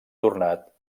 tornat